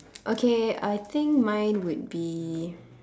okay I think mine would be